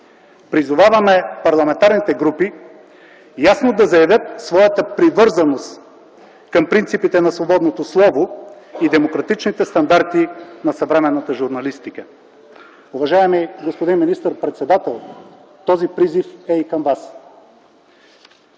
Призоваваме парламентарните групи ясно да заявят своята привързаност към принципите на свободното слово и демократичните стандарти на съвременната журналистика. Уважаеми господин министър-председател, този призив е и към Вас.